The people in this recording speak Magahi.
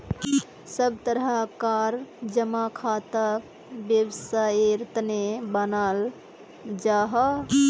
सब तरह कार जमा खाताक वैवसायेर तने बनाल जाहा